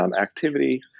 activity